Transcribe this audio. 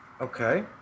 Okay